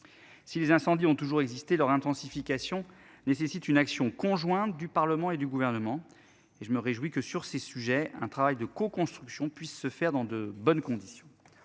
Si les incendies ont toujours existé leur intensification nécessite une action conjointe du Parlement et du gouvernement et je me réjouis que sur ces sujets. Un travail de coconstruction puisse se faire dans de bonnes conditions.